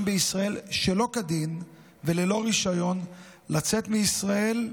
בישראל שלא כדין וללא רישיון לצאת מישראל,